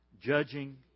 judging